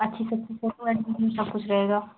अच्छी सब की फ़ोटो अच्छी से सब कुछ रहेगा